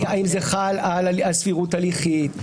האם זה חל על סבירות הליכית,